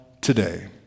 today